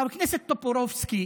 חבר הכנסת טופורובסקי,